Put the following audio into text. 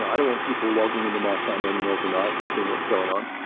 i don't want people logging into my camera in the middle of the night and seeing what's going on.